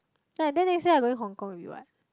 like then they say I going Hong Kong already what